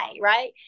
right